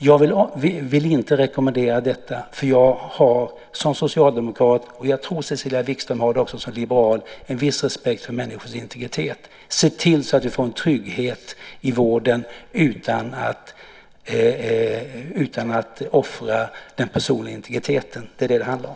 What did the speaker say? Jag vill inte rekommendera detta, för jag har som socialdemokrat - jag tror Cecilia Wikström har det också som liberal - en viss respekt för människors integritet. Se till att vi får en trygghet i vården utan att offra den personliga integriteten - det är det som det handlar om.